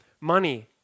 money